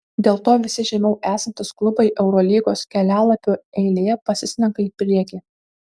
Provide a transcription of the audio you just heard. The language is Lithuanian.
dėl to visi žemiau esantys klubai eurolygos kelialapių eilėje pasislenka į priekį